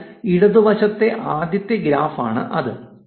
അതിനാൽ ഇടതുവശത്തെ ആദ്യത്തെ ഗ്രാഫ് അതാണ്